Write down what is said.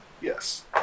Yes